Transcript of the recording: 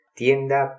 tienda